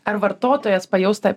ar vartotojas pajaus tą